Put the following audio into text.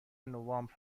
نوامبر